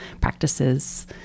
practices